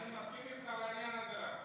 אני מסכים איתך, רק בעניין הזה.